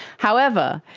however,